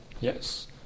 yes